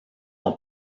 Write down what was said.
ont